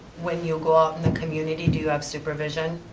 when you go out in the community, do you have supervision?